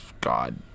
god